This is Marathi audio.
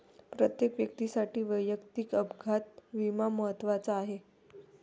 प्रत्येक व्यक्तीसाठी वैयक्तिक अपघात विमा महत्त्वाचा आहे